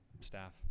staff